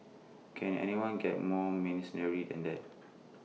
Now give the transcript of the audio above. can anyone get more mercenary than that